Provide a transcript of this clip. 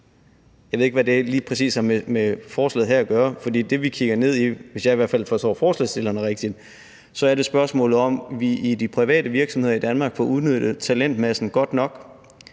jeg ved ikke, hvad det lige præcis har med forslaget her at gøre. For det, vi kigger ned i, hvis jeg forstår forslagsstillerne rigtigt, er spørgsmålet om, om vi i de private virksomheder i Danmark får udnyttet talentmassen godt nok.